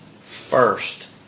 first